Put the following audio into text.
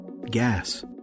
gas